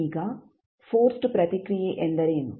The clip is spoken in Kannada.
ಈಗ ಫೋರ್ಸ್ಡ್ ಪ್ರತಿಕ್ರಿಯೆ ಎಂದರೇನು